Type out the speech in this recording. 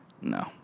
No